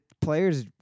players